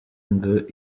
ngo